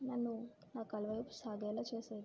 నన్ను నా కల వైపు సాగేలా చేసేది